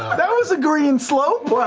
that was a green slope,